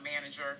manager